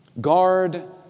guard